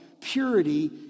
purity